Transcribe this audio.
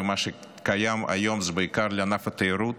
ומה שקיים היום זה בעיקר לענף התיירות